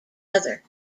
other